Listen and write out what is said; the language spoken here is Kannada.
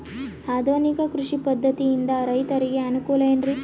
ಆಧುನಿಕ ಕೃಷಿ ಪದ್ಧತಿಯಿಂದ ರೈತರಿಗೆ ಅನುಕೂಲ ಏನ್ರಿ?